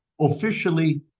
officially